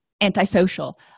antisocial